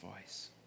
voice